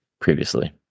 previously